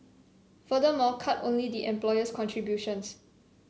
furthermore cut only the employer's contributions